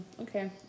Okay